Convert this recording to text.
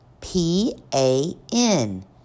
P-A-N